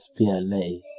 SPLA